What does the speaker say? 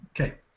Okay